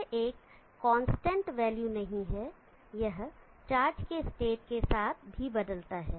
यह एक constant value नहीं है यह चार्ज के स्टेट के साथ भी बदलता है